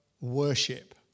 worship